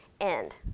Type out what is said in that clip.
end